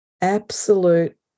absolute